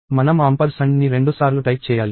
మనం ఆంపర్సండ్ని రెండుసార్లు టైప్ చేయాలి